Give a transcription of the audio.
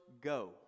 go